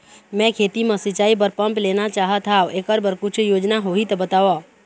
मैं खेती म सिचाई बर पंप लेना चाहत हाव, एकर बर कुछू योजना होही त बताव?